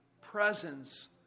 presence